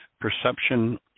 perception